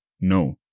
No